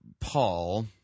Paul